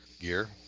gear